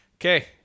Okay